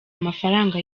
amafaranga